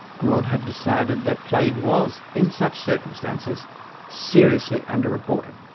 graunt had decided that plague was in such circumstances seriously under-reported.